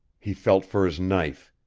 he felt for his knife.